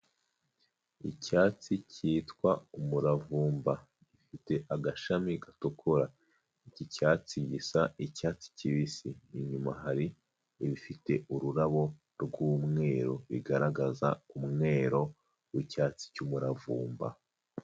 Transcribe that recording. Icyatsi cyitwa umuravumba gifite agashami gatukura, iki cyatsi gisa icyatsi kibisi, inyuma hari ibifite ururabo rw'umweru bigaragaza umwero w'icyatsi cy'umuravumba.